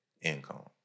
income